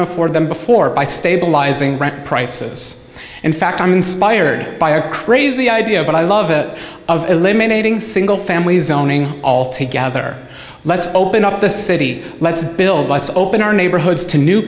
kono afford them before by stabilizing rent prices in fact i'm inspired by a crazy idea but i love it of eliminating single families owning all together let's open up this city let's build let's open our neighborhoods to new